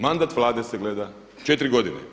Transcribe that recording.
Mandat Vlade se gleda, 4 godine.